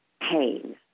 pain